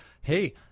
Hey